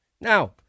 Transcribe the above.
Now